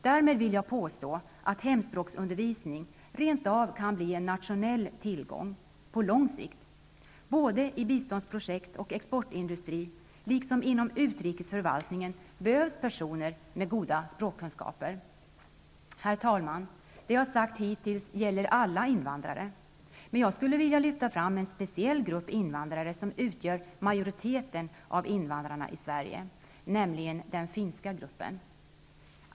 Därmed vill jag påstå att hemspråksundervisningen rent av kan bli en nationell tillgång på lång sikt. Både i biståndsprojekt och i exportindustri, liksom inom utrikesförvaltningen, behövs personer med goda språkkunskaper. Herr talman! Det jag hittills sagt gäller alla invandrare. Men jag skulle vilja lyfta fram en speciell grupp invandrare som utgör majoriteten av invandrare i Sverige, nämligen den finska gruppen.